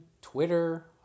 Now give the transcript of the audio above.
Twitter